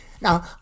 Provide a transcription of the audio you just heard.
Now